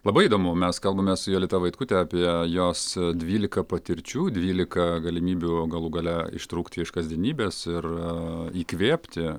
labai įdomu mes kalbame su jolita vaitkute apie jos dvylika patirčių dvylika galimybių galų gale ištrūkti iš kasdienybės ir įkvėpti